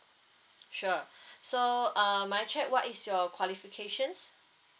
sure so um may I check what is your qualifications